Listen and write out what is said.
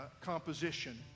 composition